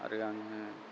आरो आङो